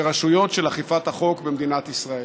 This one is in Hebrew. ברשויות של אכיפת החוק במדינת ישראל.